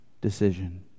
decision